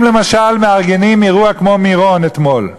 אם, למשל, מארגנים אירוע כמו מירון אתמול,